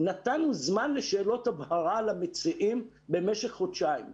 נתנו זמן לשאלות הבהרה למציעים במשך חודשיים.